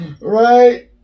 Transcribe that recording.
right